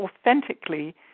authentically